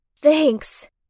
Thanks